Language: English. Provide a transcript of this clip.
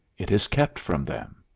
it is kept from them.